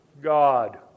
God